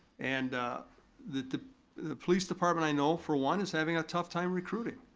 and the police department i know for one is having a tough time recruiting.